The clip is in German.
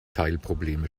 teilprobleme